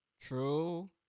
True